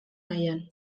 nahian